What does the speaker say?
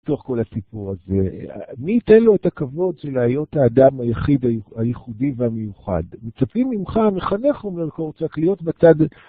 בתוך כל הסיפור הזה, מי ייתן לו את הכבוד שלהיות האדם היחיד, הייחודי והמיוחד? מצפים ממך המחנך, אומר קורצ'אק, להיות בצד...